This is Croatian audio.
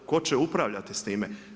Tko će upravljati s time?